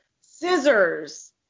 scissors